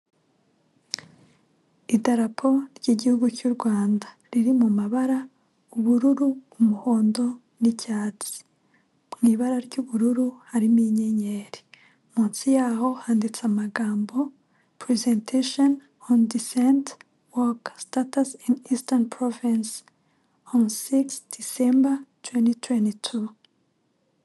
Idarapo ry'igihugu cy'u Rwanda riri mu mabara ubururu umuhondo n'icyatsi, mu ibara ry'ubururu harimo inyenyeri, munsi yaho handitse amagambo purezantesheni, oni disenti woke, ini isitani povensi, oni sigisi, disemba tuwenti tuwenti tu.